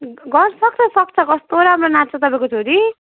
गर्नसक्छ सक्छ कस्तो राम्रो नाच्छ तपाईँको छोरी